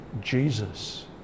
Jesus